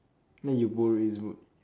then you borrowed his boot